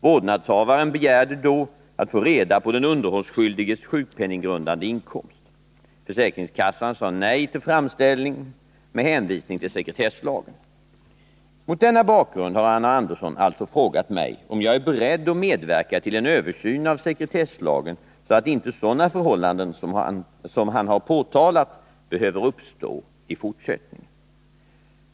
Vårdnadshavaren begärde att få reda på den underhållsskyldiges sjukpenninggrundande inkomst. Försäkringska sekretesslagen. ssan sade nej till framställningen med hänvisning till Mot denna bakgrund har Arne Andersson alltså frågat mig om jag är beredd att medverka till en översyn av sekretesslagen så att inte sådana förhållanden som han har påtalat behöver uppstå i fortsättningen.